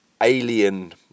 alien